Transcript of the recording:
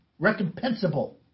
recompensable